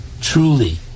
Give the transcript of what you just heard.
truly